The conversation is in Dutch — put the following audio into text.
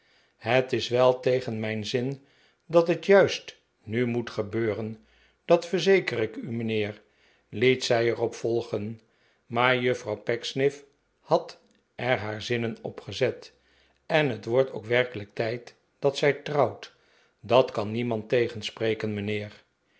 het is wel tegen mijn zin dat het juist nu moet gebeuren dat verzeker ik u mijnheer liet zij er op volgen maar juffrouw pecksniff had er naar zinnen op gezet en het wordt ook werkelijk tijd dat zij trouwt dat kan niemand tegenspreken mijnheer